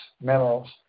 minerals